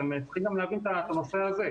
אתם צריכים גם להבין את הנושא הזה.